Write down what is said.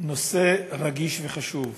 נושא רגיש וחשוב.